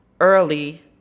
early